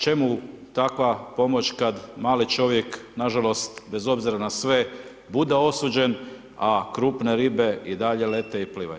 Čemu takva pomoć kad mali čovjek nažalost bez obzira na sve bude osuđen, a krupne ribe i dalje lete i plivaju.